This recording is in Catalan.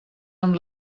amb